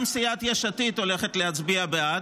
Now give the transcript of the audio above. שגם סיעת יש עתיד הולכת להצביע בעד,